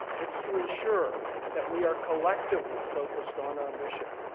it's to ensure that we are collectively focused on our mission.